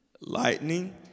Lightning